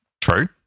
True